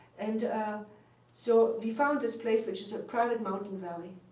and ah so we found this place, which is a private mountain valley.